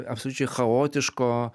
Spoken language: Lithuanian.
absoliučiai chaotiško